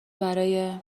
برای